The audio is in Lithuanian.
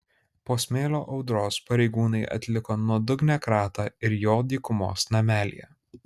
po smėlio audros pareigūnai atliko nuodugnią kratą ir jo dykumos namelyje